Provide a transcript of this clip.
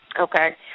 Okay